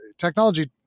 technology